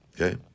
Okay